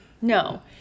No